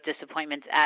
disappointments